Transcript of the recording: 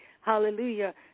hallelujah